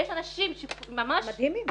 יש אנשים שממש --- מדהימים.